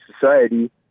society